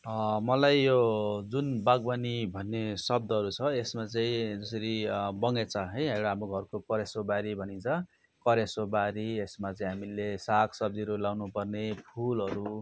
मलाई यो जुन बागवानी भन्ने शब्दहरू छ यसमा चाहिँ यसरी बगैँचा है र हाम्रो घरको करेसो बारी भनिन्छ करेसो बारी यसमा चाहिँ हामीले सागसब्जीहरू लगाउनु पर्ने फुलहरू